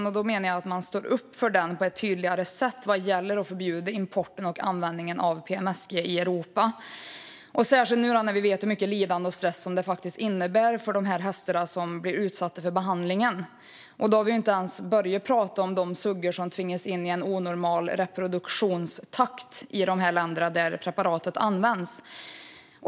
Och då menar jag att man står upp för den på ett tydligare sätt vad gäller att förbjuda importen och användningen av PMSG i Europa, särskilt nu när vi vet hur mycket lidande och stress som det faktiskt innebär för de hästar som blir utsatta för behandlingen. Då har vi inte ens börjat prata om de suggor som tvingas in i en onormal reproduktionstakt i de länder där preparatet används.